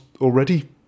already